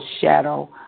shadow